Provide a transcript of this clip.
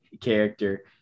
character